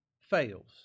fails